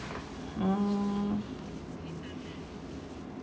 mm